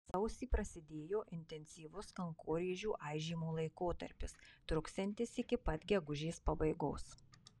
sausį prasidėjo intensyvus kankorėžių aižymo laikotarpis truksiantis iki pat gegužės pabaigos